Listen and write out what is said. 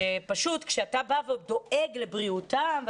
שפשוט כשאתה בא ודואג לבריאותם,